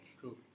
True